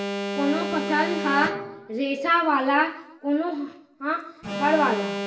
कोनो फसल ह रेसा वाला, कोनो ह फर वाला